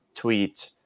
tweet